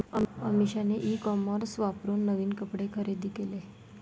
अमिषाने e commerce वापरून नवीन कपडे खरेदी केले